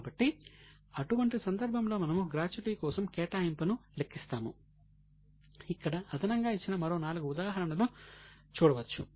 కాబట్టి అటువంటి సందర్భంలో మనము గ్రాట్యుటీ కోసం కేటాయింపును లెక్కిస్తాము ఇక్కడ అదనంగా ఇచ్చిన మరో నాలుగు ఉదాహరణలు చూడవచ్చు